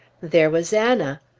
there was anna,